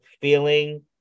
feeling